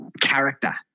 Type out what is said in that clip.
character